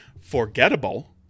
forgettable